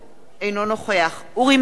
אינו נוכח אורי מקלב,